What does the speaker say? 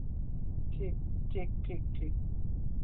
ठीक ठीक ठीक ठीक